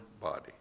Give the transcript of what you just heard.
body